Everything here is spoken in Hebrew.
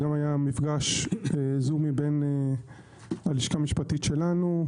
גם היה מפגש זומי בין הלשכה המשפטית שלנו,